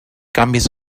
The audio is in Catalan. canvis